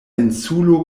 insulo